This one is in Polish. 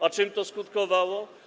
A czym to skutkowało?